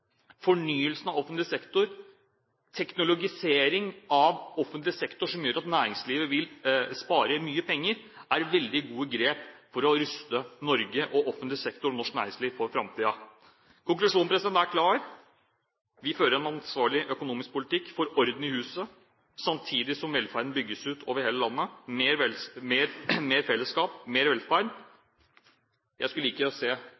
næringslivet vil spare mye penger, er veldig gode grep for å ruste Norge, offentlig sektor og norsk næringsliv for framtiden. Konklusjonen er klar: Vi fører en ansvarlig økonomisk politikk, får orden i huset, samtidig som velferden bygges ut over hele landet, med mer fellesskap og mer velferd. Jeg skulle likt å se